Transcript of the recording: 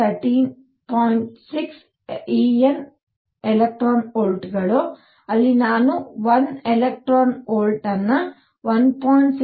6 En electron volt ಗಳು ಅಲ್ಲಿ ನಾನು 1 ಎಲೆಕ್ಟ್ರಾನ್ ವೋಲ್ಟ್ 1